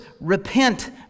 repent